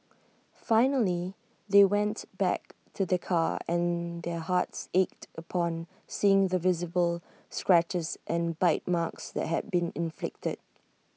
finally they went back to their car and their hearts ached upon seeing the visible scratches and bite marks that had been inflicted